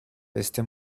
este